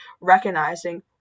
recognizing